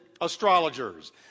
astrologers